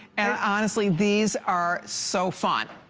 and honestly these are so fun,